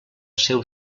seu